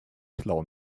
plauen